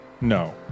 No